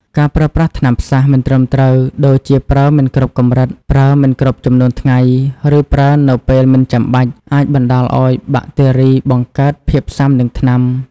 ការប្រើប្រាស់ថ្នាំផ្សះ មិនត្រឹមត្រូវ ដូចជាប្រើមិនគ្រប់កម្រិត ប្រើមិនគ្រប់ចំនួនថ្ងៃ ឬប្រើនៅពេលមិនចាំបាច់ អាចបណ្ដាលឱ្យបាក់តេរីបង្កើតភាពស៊ាំនឹងថ្នាំ។